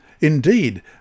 Indeed